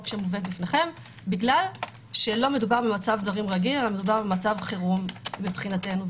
שמובאת בפניכם כי לא מדובר במצב דברים רגיל אלא במצב חירום מבחינתנו.